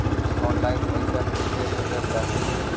आन line पईसा कईसे भेजल जा सेकला?